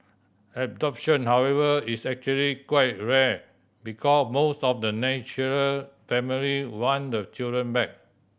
adoption however is actually quite rare because most of the natural family want the children back